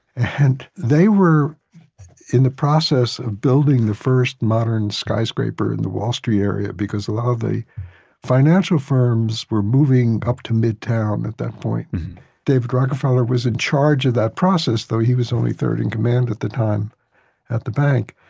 and they were in the process of building the first modern skyscraper in the wall street area because a lot of the financial firms were moving up to midtown at that point david rockefeller was in charge of that process though he was only third in command at the time at the bank,